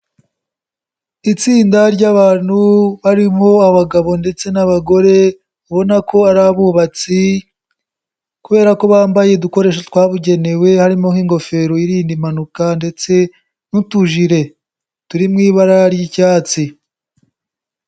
Itsinda ry'abantu barimo abagabo ndetse n'abagore, ubona ko ari abubatsi kubera ko bambaye udukoresho twabugenewe harimo nk'ingofero irinda impanuka ndetse n'utujire turi mu ibara ry'icyatsi.